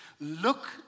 look